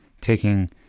taking